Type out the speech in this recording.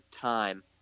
time